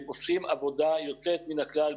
הם עושים עבודה יוצאת מן הכלל,